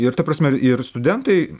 ir ta prasme ir studentai